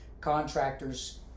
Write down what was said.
contractors